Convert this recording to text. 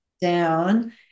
down